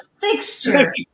fixture